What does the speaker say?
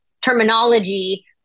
terminology